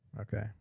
Okay